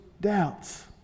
doubts